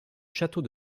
château